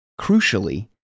crucially